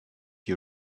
you